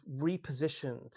repositioned